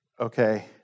okay